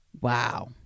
Wow